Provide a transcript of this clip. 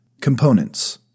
Components